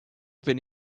bin